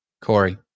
Corey